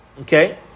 Okay